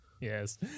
Yes